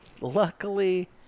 Luckily